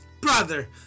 brother